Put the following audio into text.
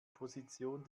position